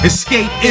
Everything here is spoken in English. Escape